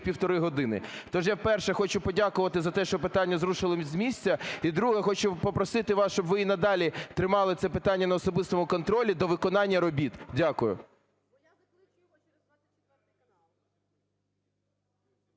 півтори години. Тож я, перше, хочу подякувати за те, що питання зрушилося з місця, і друге, хочу попросити вас, щоб ви й надалі тримали це питання на особистому контролі до виконання робіт. Дякую.